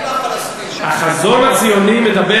החזון הציוני ודאי,